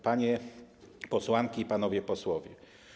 Panie Posłanki i Panowie Posłowie!